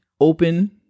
open